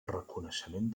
reconeixement